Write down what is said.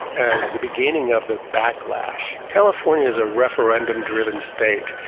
as the beginning of the backlash. california is a referendum driven state.